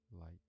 light